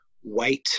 white